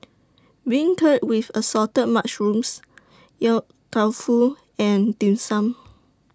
Beancurd with Assorted Mushrooms Yong Tau Foo and Dim Sum